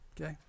Okay